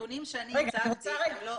הנתונים שאני הצגתי --- רגע,